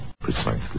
Precisely